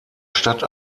stadt